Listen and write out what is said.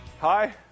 Hi